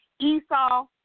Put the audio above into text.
Esau